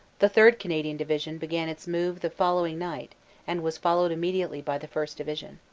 the third. canadian division began its move the following night and was followed immediately by the first. division.